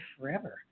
forever